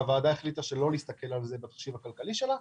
הוועדה החליטה שלא להסתכל על זה בתחשיב הכלכלי שלה.